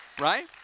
Right